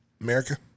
America